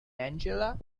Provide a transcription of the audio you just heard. angela